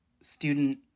student